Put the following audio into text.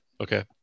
okay